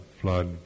flood